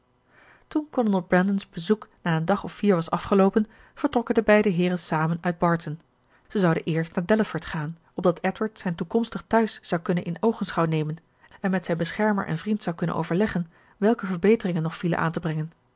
toen kolonel brandon's bezoek na een dag of vier was afgeloopen vertrokken de beide heeren samen uit barton zij zouden eerst naar delaford gaan opdat edward zijn toekomstig tehuis zou kunnen in oogenschouw nemen en met zijn beschermer en vriend zou kunnen overleggen welke verbeteringen nog vielen aan te brengen